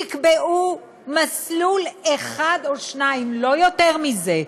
יקבעו מסלול אחד או שניים, לא יותר מזה,